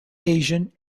asian